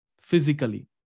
Physically